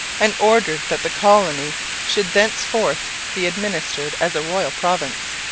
and ordered that the colony should thenceforth be administered as a royal province.